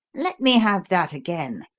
let me have that again!